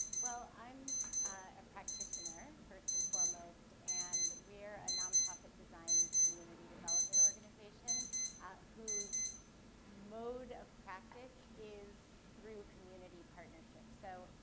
well, i'm a practitioner, first and foremost. and we're a non-profit design and community development organization ah whose mode of practice is through community partnership. so,